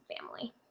family